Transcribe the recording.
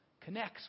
connects